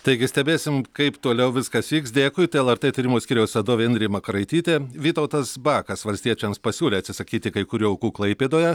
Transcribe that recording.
taigi stebėsim kaip toliau viskas vyks dėkui tai lrt tyrimų skyriaus vadovė indrė makaraitytė vytautas bakas valstiečiams pasiūlė atsisakyti kai kurių aukų klaipėdoje